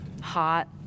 hot